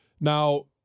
Now